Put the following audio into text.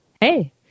hey